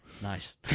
Nice